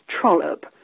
trollop